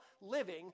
living